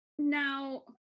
Now